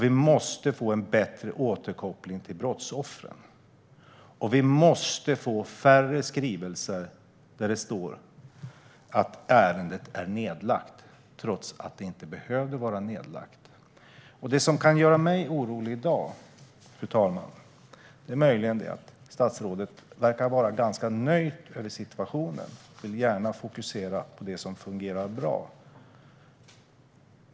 Vi måste få en bättre återkoppling till brottsoffren, och vi måste få färre skrivelser där det står att ärendet är nedlagt, trots att det inte skulle behöva vara det. Det som kan göra mig orolig i dag, fru talman, är möjligen att statsrådet verkar vara ganska nöjd med situationen och gärna vill fokusera på det som fungerar bra.